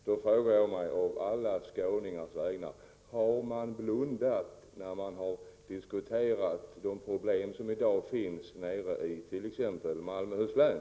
Då frågar jag å alla skåningars vägnar: Har man blundat när man har diskuterat de problem som i dag finns it.ex. Malmöhus län?